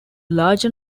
large